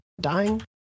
dying